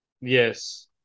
Yes